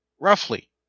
roughly